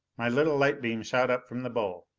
my little light beam shot up from the bowl.